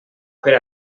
per